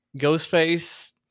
Ghostface